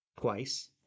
twice